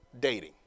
dating